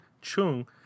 Chung